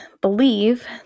believe